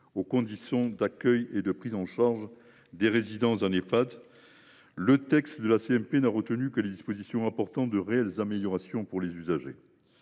aux conditions d’accueil et de prise en charge des résidents en Ehpad, la commission mixte paritaire n’a retenu que les dispositions apportant de réelles améliorations pour les usagers.